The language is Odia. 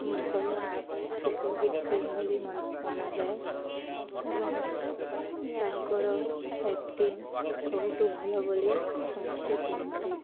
ଭଲ ସୁପର୍ ହିଟ୍ ଫିଲ୍ମ ବୋଲି ମନାଯାଏ ଏବଂ ତାଙ୍କର ଆକ୍ଟିଙ୍ଗ ସବୁଠୁ ଭଲ ବୋଲି ସମସ୍ତେ କୁହନ୍ତି